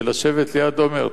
של השבט ליד עומר,